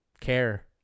care